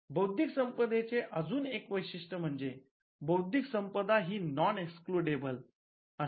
बौद्धिक संपदेचे अजून एक वैशिष्ट्य म्हणजे बौद्धिक संपदा ही नॉन एक्सक्लूडेबल असते